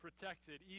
protected